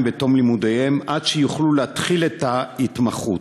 בתום לימודיהם עד שיוכלו להתחיל את ההתמחות,